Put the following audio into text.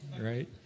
right